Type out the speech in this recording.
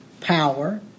power